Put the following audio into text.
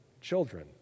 children